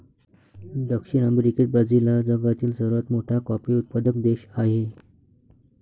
दक्षिण अमेरिकेत ब्राझील हा जगातील सर्वात मोठा कॉफी उत्पादक देश आहे